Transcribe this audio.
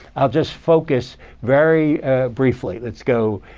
i'll just focus very briefly. let's go,